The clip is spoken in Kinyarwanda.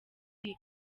iyi